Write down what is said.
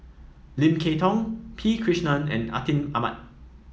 Lim Kay Tong P Krishnan and Atin Amat